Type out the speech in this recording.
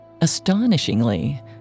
Astonishingly